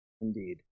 Indeed